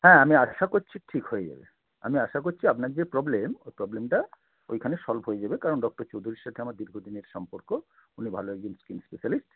হ্যাঁ আমি আশা করছি ঠিক হয়ে যাবে আমি আশা করছি আপনার যে প্রবলেম ওই প্রবলেমটা ওইখানে সলভ হয়ে যাবে কারণ ডক্টর চৌধুরীর সাথে আমার দীর্ঘদিনের সম্পর্ক উনি ভালো একজন স্কিন স্পেশালিস্ট